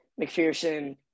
McPherson